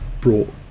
brought